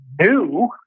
new